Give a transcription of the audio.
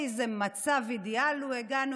לאיזה מצב אידיאלי הגענו,